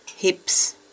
hips